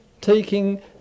taking